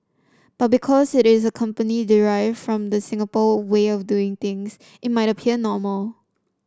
but because it is a company derived from the Singapore way of doing things it might appear normal